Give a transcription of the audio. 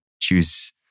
choose